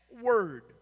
word